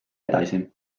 edasi